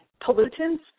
pollutants